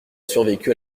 survécu